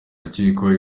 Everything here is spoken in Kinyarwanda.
rukiko